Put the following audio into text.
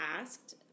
asked